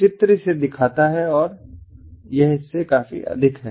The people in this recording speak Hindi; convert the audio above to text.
चित्र इसे दिखाता है और यह इससे काफी अधिक है